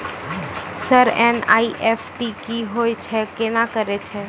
Sir NEFT की होय छै, केना करे छै?